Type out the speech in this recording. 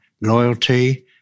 loyalty